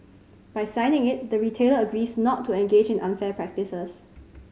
by signing it the retailer agrees not to engage in unfair practices